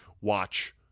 watch